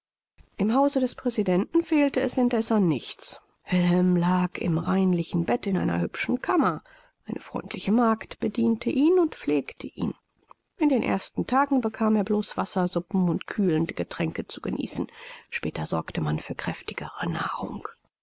im hause des präsidenten fehlte es indeß an nichts wilhelm lag im reinlichen bett in einer hübschen kammer eine freundliche magd bediente ihn und pflegte ihn in den ersten tagen bekam er blos wassersuppen und kühlende getränke zu genießen später sorgte man für kräftigere nahrung